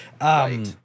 Right